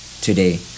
today